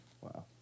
Wow